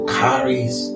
carries